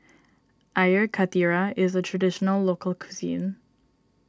Air Karthira is a Traditional Local Cuisine